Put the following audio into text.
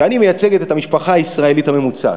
שאני מייצגת את המשפחה הישראלית הממוצעת?